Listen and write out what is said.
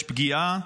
יש פגיעה,